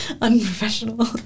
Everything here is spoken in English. Unprofessional